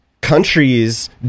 countries